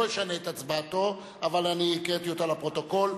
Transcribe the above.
אני לא אשנה את הצבעתו אבל אני הקראתי אותה לפרוטוקול.